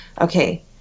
okay